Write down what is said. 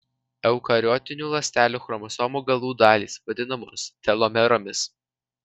eukariotinių ląstelių chromosomų galų dalys vadinamos telomeromis